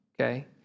okay